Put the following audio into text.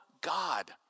God